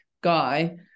guy